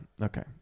okay